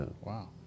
Wow